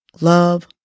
love